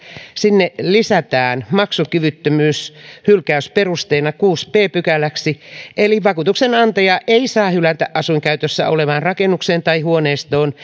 sinne lisätään maksukyvyttömyys hylkäysperusteena kuudenneksi b pykäläksi eli että vakuutuksenantaja ei saa hylätä asuinkäytössä olevaan rakennukseen tai huoneistoon